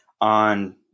on